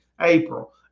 April